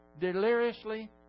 deliriously